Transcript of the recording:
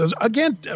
Again